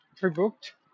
pre-booked